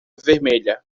vermelha